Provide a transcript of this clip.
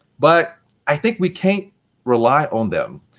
but i think we can't rely on them.